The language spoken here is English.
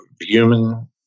human